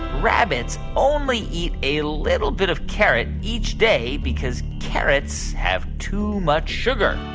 rabbits only eat a little bit of carrot each day because carrots have too much sugar?